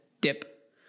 dip